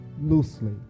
loosely